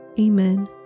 Amen